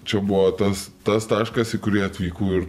čia buvo tas tas taškas į kurį atvykau ir